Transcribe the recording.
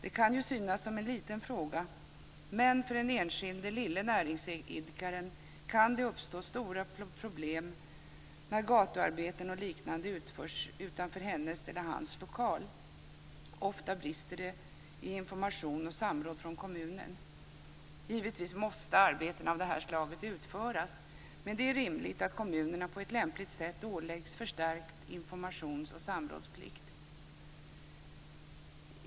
Det kan ju synas som en liten fråga, men för den enskilda lilla näringsidkaren kan det uppstå stora problem när gatuarbeten och liknande utförs utanför hennes eller hans lokal. Ofta brister det i information och samråd från kommunen. Givetvis måste arbeten av det här slaget utföras, men det är rimligt att kommunerna på ett lämpligt sätt åläggs förstärkt informations och samrådsplikt.